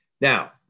Now